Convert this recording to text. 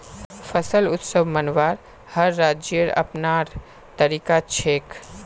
फसल उत्सव मनव्वार हर राज्येर अपनार तरीका छेक